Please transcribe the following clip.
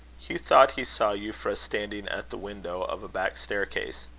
hugh thought he saw euphra standing at the window of a back staircase.